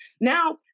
Now